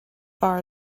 far